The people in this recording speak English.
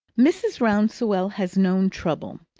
mrs. rouncewell has known trouble.